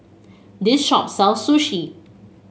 this shop sell Sushi